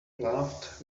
laughed